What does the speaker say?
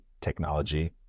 technology